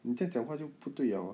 你在讲话就不对 liao